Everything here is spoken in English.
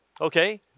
okay